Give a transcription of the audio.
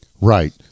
Right